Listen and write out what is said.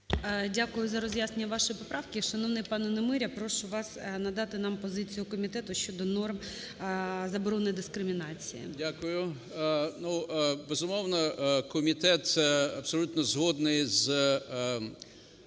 Дякую за роз'яснення вашої поправки. Шановний пане Немиря, прошу вас надати нам позицію комітету щодо норм заборони дискримінації. 13:12:31 НЕМИРЯ Г.М. Дякую. Безумовно, комітет абсолютно згодний з